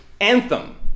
ANTHEM